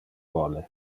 vole